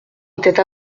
étaient